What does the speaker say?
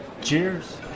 Cheers